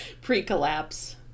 pre-collapse